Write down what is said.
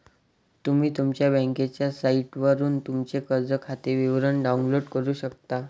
तुम्ही तुमच्या बँकेच्या साइटवरून तुमचे कर्ज खाते विवरण डाउनलोड करू शकता